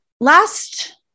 last